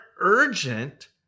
urgent